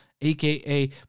aka